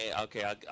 okay